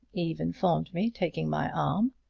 eve informed me, taking my arm.